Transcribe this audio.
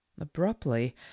Abruptly